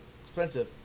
Expensive